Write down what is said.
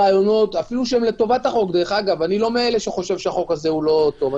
רעיונות אפילו שהם לטובת החוק אני לא מאלה שחושבים שהחוק לא טוב.